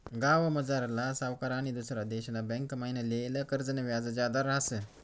गावमझारला सावकार आनी दुसरा देशना बँकमाईन लेयेल कर्जनं व्याज जादा रहास